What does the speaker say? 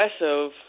aggressive